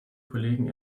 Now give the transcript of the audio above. kollegen